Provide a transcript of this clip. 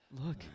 Look